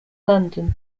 london